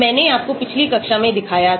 मैंने आपको पिछली कक्षा में दिखाया था